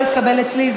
לא יתקבל אצלי.